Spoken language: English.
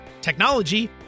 technology